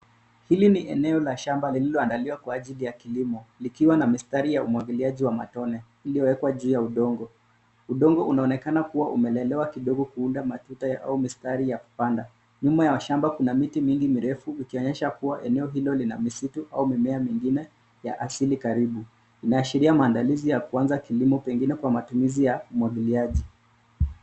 Hili ni eneo la shamba lililoandaliwa kwa ajili ya kilimo likiwa na mistari ya umwagiliaji wa matone iliyowekwa juu ya udongo. Udongo unaonekana kuwa umelelewa kidogo kuunda matuta ya au mistari ya kupanda. Nyuma ya shamba kuna miti mingi mirefu ikionyesha kuwa eneo hilo lina misitu au mimea mingine ya asili karibu inayoashiria maandalizi ya kuanza kilimo pengine kwa matumizi ya umwagiliaji.